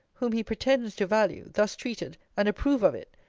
whom he pretends to value, thus treated, and approve of it,